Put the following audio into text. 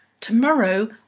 Tomorrow